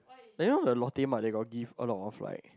I know the Lotte mart they got give all the off right